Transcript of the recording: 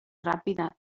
ràpida